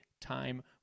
time